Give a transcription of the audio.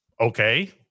Okay